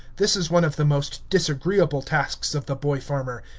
this is one of the most disagreeable tasks of the boy farmer,